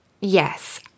yes